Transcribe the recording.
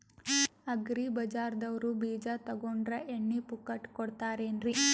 Agri ಬಜಾರದವ್ರು ಬೀಜ ತೊಗೊಂಡ್ರ ಎಣ್ಣಿ ಪುಕ್ಕಟ ಕೋಡತಾರೆನ್ರಿ?